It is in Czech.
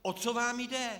O co vám jde?